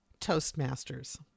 Toastmasters